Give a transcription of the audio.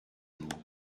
lourd